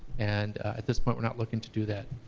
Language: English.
and at this point we're not looking to do that.